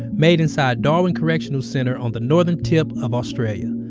made inside darwin correctional centre on the northern tip of australia.